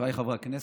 חבריי חברי הכנסת,